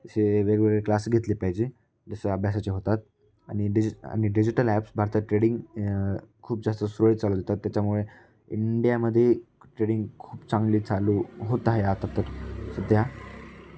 असे वेगवेगळे क्लासेस घेतले पाहिजे जसं अभ्यासाचे होतात आणि डिजि आणि डिजिटल ॲप्स भारतात ट्रेडिंग खूप जास्त स्लो चालतं त्याच्यामुळे इंडियामध्ये ट्रेडिंग खूप चांगली चालू होत आहे आता तर सध्या